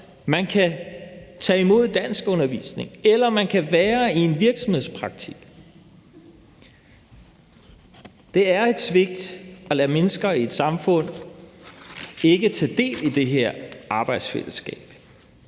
man kan tage imod danskundervisning, eller at man kan være i en virksomhedspraktik. Det er et svigt at lade mennesker i et samfund ikke tage del i det her arbejdsfællesskab,